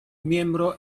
miembro